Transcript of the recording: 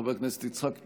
חבר הכנסת יצחק פינדרוס,